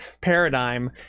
paradigm